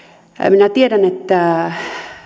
minä tiedän että